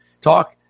talk